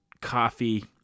coffee